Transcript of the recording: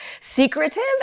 secretive